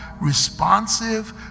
responsive